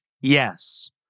Yes